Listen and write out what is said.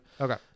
Okay